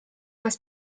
das